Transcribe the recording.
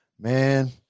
man